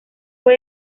fue